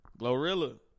Glorilla